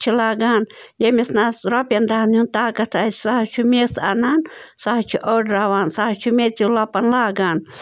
چھِ لاگان ییٚمِس نَہ حظ رۄپِیَن دَہَن ہُنٛد طاقت آسہِ سُہ حظ چھُ میٚژ اَنان سُہ حظ چھِ ٲڈراوان سُہ حظ چھُ میٚژیوٗ لۄپن لاگان